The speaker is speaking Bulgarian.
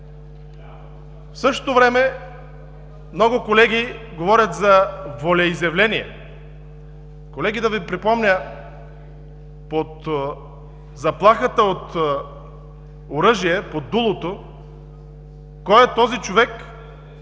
В същото време много колеги говорят за волеизявления. Колеги, да Ви припомня – под заплахата от оръжие, под дулото, кой е този човек,